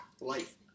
life